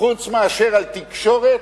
חוץ מאשר על תקשורת,